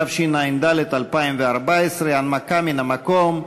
התשע"ד 2014. הנמקה מן המקום.